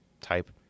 type